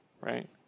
right